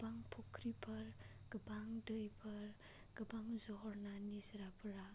गोबां फख्रिफोर गोबां दैफोर गोबां झरना निजिराफोरा